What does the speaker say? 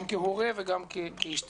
גם כהורה וגם כאיש ציבור.